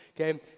okay